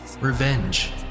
revenge